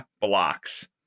blocks